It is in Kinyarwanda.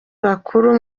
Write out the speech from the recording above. bakuru